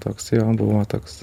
toks jo buvo toks